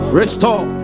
restore